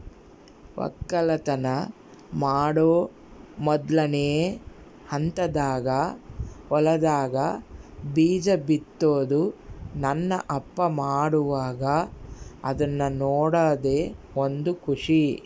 ವಕ್ಕಲತನ ಮಾಡೊ ಮೊದ್ಲನೇ ಹಂತದಾಗ ಹೊಲದಾಗ ಬೀಜ ಬಿತ್ತುದು ನನ್ನ ಅಪ್ಪ ಮಾಡುವಾಗ ಅದ್ನ ನೋಡದೇ ಒಂದು ಖುಷಿ